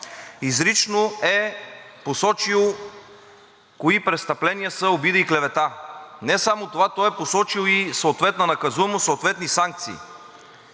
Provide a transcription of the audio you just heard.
изрично е посочил кои престъпления са обида и клевета, а и не само това – той е посочил съответна наказуемост и съответни санкции.